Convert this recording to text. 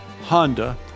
Honda